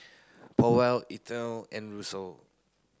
Powell Ethel and